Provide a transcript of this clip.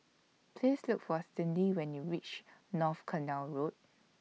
Please Look For Cyndi when YOU REACH North Canal Road